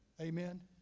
Amen